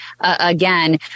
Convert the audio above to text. again